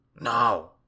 Now